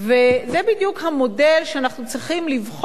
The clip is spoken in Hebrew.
זה בדיוק המודל שאנחנו צריכים לבחון